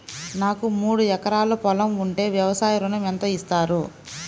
నాకు మూడు ఎకరాలు పొలం ఉంటే వ్యవసాయ ఋణం ఎంత ఇస్తారు?